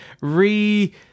re